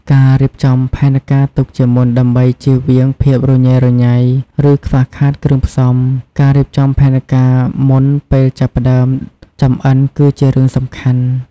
ការរៀបចំផែនការទុកជាមុនដើម្បីចៀសវាងភាពរញ៉េរញ៉ៃ ឬខ្វះខាតគ្រឿងផ្សំ ការរៀបចំផែនការមុនពេលចាប់ផ្តើមចម្អិនគឺជារឿងសំខាន់ ។